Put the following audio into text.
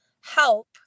help